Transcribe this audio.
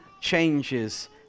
changes